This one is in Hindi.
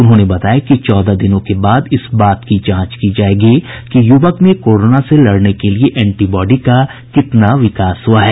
उन्होंने बताया कि चौदह दिनों के बाद इस बात की जांच की जायेगी कि युवक में कोरोना से लड़ने के लिए एंटीबॉडी का कितना विकास हुआ है